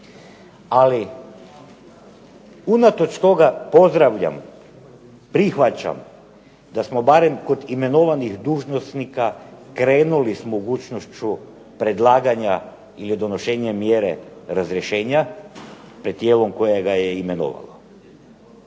Ali unatoč toga pozdravljam, prihvaćam da smo barem kod imenovanih dužnosnika krenuli s mogućnošću predlaganja ili donošenjem mjere razrješenja pred tijelom koje ga je imenovalo.